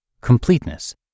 Completeness